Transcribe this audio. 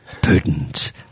Putin's